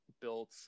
built